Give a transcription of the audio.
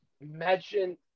Imagine